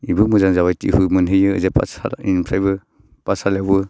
इबो मोजां जाबाय टिहु मोनहैयो पाठसालानिफ्रायबो पाठसालायावबो